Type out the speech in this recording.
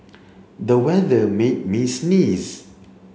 the weather made me sneeze